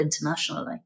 internationally